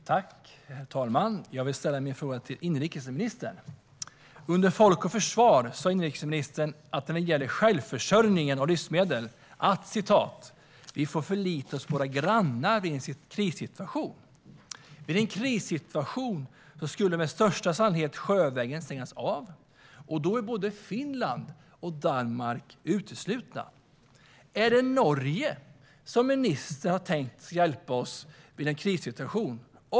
Herr talman! Jag vill ställa min fråga till inrikesministern. Under Folk och Försvar sa inrikesministern beträffande självförsörjningen av livsmedel att vi får förlita oss på våra grannar vid en krissituation. Vid en krissituation skulle sjövägen med största sannolikhet stängas av, och då skulle både Finland och Danmark vara uteslutna. Är det Norge som ministern har tänkt ska hjälpa oss vid en krissituation?